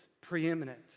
preeminent